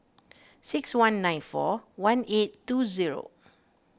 six one nine four one eight two zero